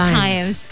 times